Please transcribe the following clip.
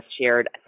shared